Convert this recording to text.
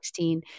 2016